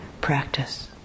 practice